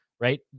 right